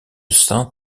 saint